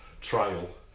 trial